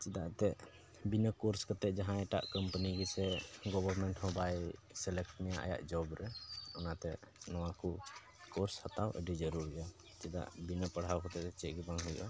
ᱪᱮᱫᱟᱜ ᱮᱱᱛᱮᱫ ᱵᱤᱱᱟᱹ ᱠᱳᱨᱥ ᱠᱟᱛᱮᱫ ᱡᱟᱦᱟᱸᱭ ᱮᱴᱟᱜ ᱠᱳᱢᱯᱟᱱᱤ ᱜᱮᱥᱮ ᱜᱚᱵᱷᱚᱨᱢᱮᱱᱴ ᱦᱚᱸ ᱵᱟᱭ ᱥᱤᱞᱮᱠᱴ ᱢᱮᱭᱟ ᱟᱭᱟᱜ ᱡᱚᱵᱽ ᱨᱮ ᱚᱱᱟᱛᱮ ᱱᱚᱣᱟ ᱠᱚ ᱠᱳᱨᱥ ᱦᱟᱛᱟᱣ ᱟᱹᱰᱤ ᱡᱟᱹᱨᱩᱲ ᱜᱮᱭᱟ ᱪᱮᱫᱟᱜ ᱵᱤᱱᱟᱹ ᱯᱟᱲᱦᱟᱣ ᱠᱟᱛᱮᱫ ᱫᱚ ᱪᱮᱫ ᱜᱮ ᱵᱟᱝ ᱦᱩᱭᱩᱜᱼᱟ